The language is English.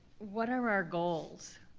what are our goals?